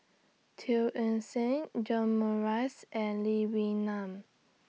Teo Eng Seng John Morrice and Lee Wee Nam